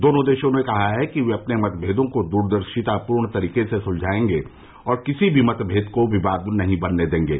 दोनों देशों ने कहा कि वे अपने मतभेदों को द्रदर्शितापूर्ण तरीके से सुलझाएगें और किसी भी मतभेद को विवाद नहीं बनने देंगे